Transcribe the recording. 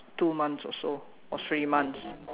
two months or so or three months